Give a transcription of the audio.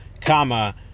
comma